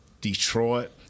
Detroit